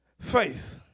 faith